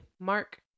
Mark